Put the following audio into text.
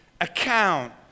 account